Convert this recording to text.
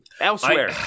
Elsewhere